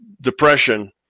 depression